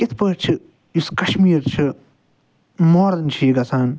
یِتھ پٲٹھۍ چھِ یُس کَشمیٖر چھ مورن چھُ یہ گَژھان